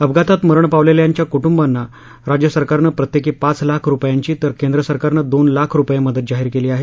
अपघातात मरण पावलेल्यांच्या कुटुंबांना राज्यसरकारनं प्रत्येकी पाच लाख रुपयांची तर केंद्रसरकारनं दोन लाख रुपये मदत जाहीर केली आहे